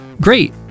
Great